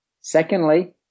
Secondly